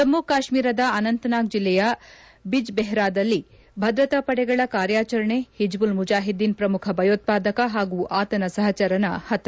ಜಮ್ಮು ಕಾಶ್ಮೀರದ ಅನಂತನಾಗ್ ಜಿಲ್ಲೆಯ ಬಿಜ್ಬೆಹ್ರಾದಲ್ಲಿ ಭದ್ರತಾಪಡೆಗಳ ಕಾರ್ಯಾಚರಣೆ ಹಿಜ್ಬುಲ್ ಮುಜಾಹಿದ್ದೀನ್ ಪ್ರಮುಖ ಭಯೋತ್ಪಾದಕ ಹಾಗೂ ಆತನ ಸಹಚರ ಹತ